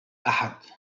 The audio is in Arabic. أحد